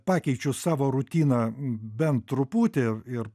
pakeičiu savo rutiną bent truputį ir